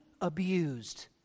abused